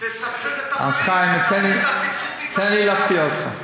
תסבסד את הבריא, אז, חיים, תן לי להפתיע אותך.